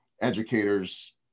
educators